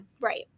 right